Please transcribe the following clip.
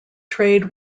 trade